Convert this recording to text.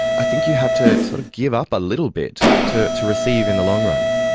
i think you have to sort of give up a little bit to to receive in the long run.